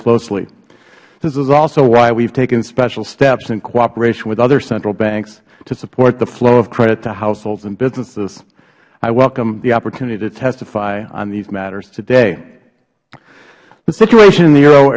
closely this is also why we have taken special steps in cooperation with other central banks to support the flow of credit to households and businesses i welcome the opportunity to testify on these matters today the situation in the euro